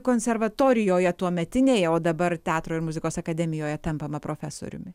konservatorijoje tuometinėje o dabar teatro ir muzikos akademijoje tampama profesoriumi